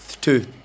Two